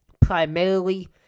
primarily